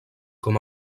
com